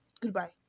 Goodbye